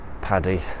Paddy